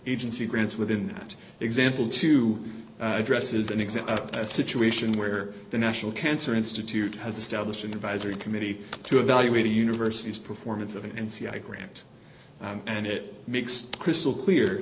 agency grants within that example to address is an example of that situation where the national cancer institute has established and advisory committee to evaluate the university's performance and c i grant and it makes crystal clear